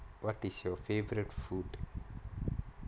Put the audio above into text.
what is your favourite food